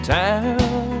town